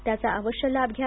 त्याचा आवश्य लाभ घ्या